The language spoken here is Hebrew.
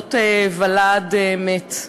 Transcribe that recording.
יולדות ולד מת.